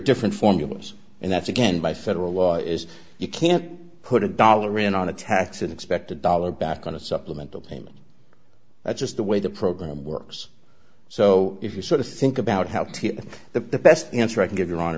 different formulas and that's again by federal law is you can't put a dollar in on a tax and expect a dollar back on a supplemental payment that's just the way the program works so if you sort of think about how to get the best answer i can give you